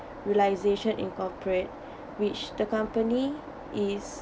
realisation incorporate which the company is